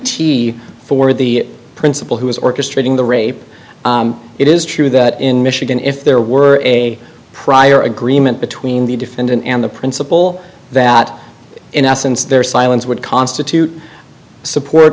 tea for the principal who was orchestrating the rape it is true that in michigan if there were a prior agreement between the defendant and the principle that in essence their silence would constitute support